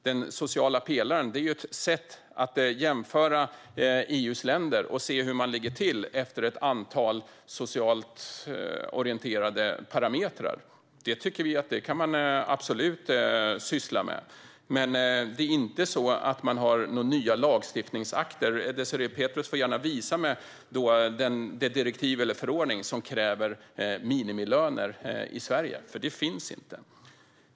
Den sociala pelaren är ett sätt att jämföra EU:s länder och se hur man ligger till efter ett antal socialt orienterade parametrar. Det tycker vi absolut att man kan syssla med. Men några lagstiftningsakter har man inte. Désirée Pethrus får gärna visa mig det direktiv eller den förordning som kräver minimilöner i Sverige. Något sådant finns inte.